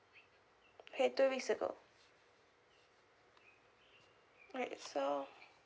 okay two weeks ago okay so